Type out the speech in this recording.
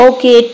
Okay